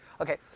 Okay